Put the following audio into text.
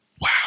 Wow